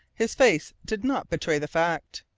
his face did not betray the fact.